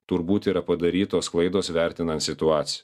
turbūt yra padarytos klaidos vertinant situaciją